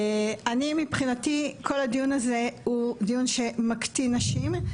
מבחינתי כל הדיון הזה הוא דיון שמקטין נשים.